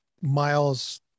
Miles